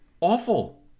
awful